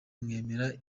mwemera